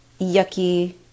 yucky